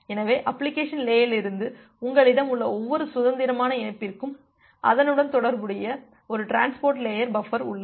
எனவே அப்ளிகேஷன் லேயரிலிருந்து உங்களிடம் உள்ள ஒவ்வொரு சுதந்திரமான இணைப்பிற்கும் அதனுடன் தொடர்புடைய ஒரு டிரான்ஸ்போர்ட் லேயர் பஃபர் உள்ளது